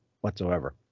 whatsoever